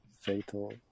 Fatal